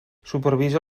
supervisa